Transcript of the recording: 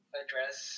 address